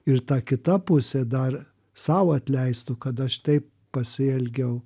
ir ta kita pusė dar sau atleistų kad aš taip pasielgiau